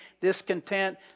discontent